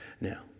Now